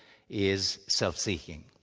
is self-seeking?